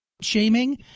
shaming